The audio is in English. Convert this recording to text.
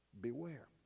beware